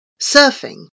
Surfing